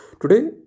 today